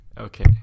okay